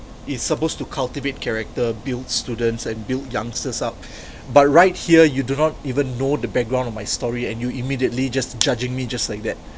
is supposed to cultivate character build students and build youngsters up but right here you do not even know the background of my story and you immediately just judging me just like that